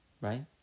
right